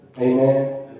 Amen